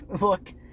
look